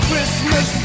Christmas